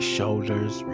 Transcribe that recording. Shoulders